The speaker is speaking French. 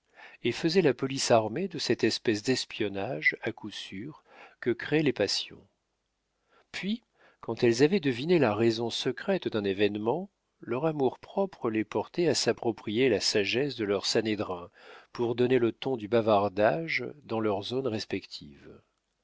et faisaient la police armées de cette espèce d'espionnage à coup sûr que créent les passions puis quand elles avaient deviné la raison secrète d'un événement leur amour-propre les portait à s'approprier la sagesse de leur sanhédrin pour donner le ton du bavardage dans leurs zones respectives